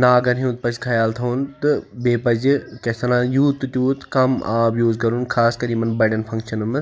ناگَن ہُنٛد پَزِ خَیال تھاوُن تہٕ بیٚیہِ پَزِ کیٛاہ چھِ اَتھ وَنان یوٗت تہٕ تیوٗت کَم آب یوٗز کَرُن خاص کَر یِمَن بَڑیٚن فَنٛکشَنَن منٛز